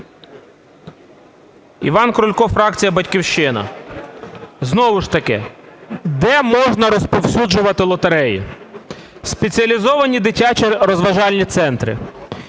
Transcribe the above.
Іван Крулько, фракція "Батьківщина". Знову ж таки, де можна розповсюджувати лотереї? Спеціалізовані дитячі розважальні центри.